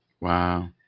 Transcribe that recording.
Wow